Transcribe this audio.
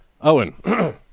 Owen